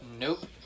nope